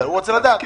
הוא רוצה לדעת.